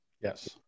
Yes